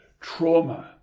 trauma